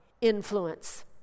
influence